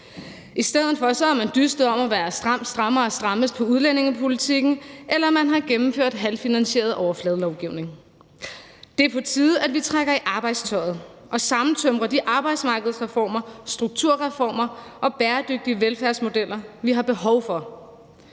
I stedet for har man dystet om at være stram, strammere, strammest i udlændingepolitikken, eller også har man gennemført halvfinansieret overfladelovgivning. Det er på tide, at vi trækker i arbejdstøjet og sammentømrer de arbejdsmarkedsreformer, strukturreformer og bæredygtige velfærdsmodeller, vi har behov for.